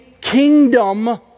kingdom